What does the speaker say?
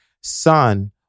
Son